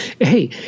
Hey